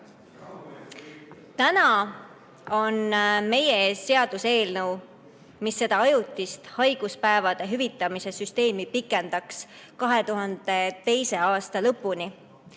on meie ees seaduseelnõu, mis seda ajutist haiguspäevade hüvitamise süsteemi pikendaks 2022. aasta lõpuni